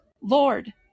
Lord